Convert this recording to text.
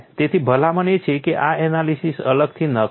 તેથી ભલામણ એ છે કે આ એનાલિસીસ અલગથી ન કરો